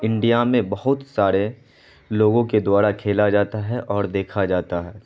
India میں بہت سارے لوگوں کے دوارا کھیلا جاتا ہے اور دیکھا جاتا ہے